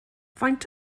faint